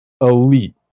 elite